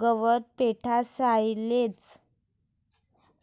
गवत, पेंढा, सायलेज,